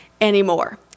anymore